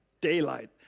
daylight